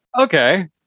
okay